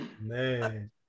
Man